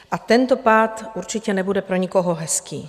A tento pád určitě nebude pro nikoho hezký.